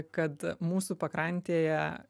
kad mūsų pakrantėje